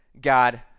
God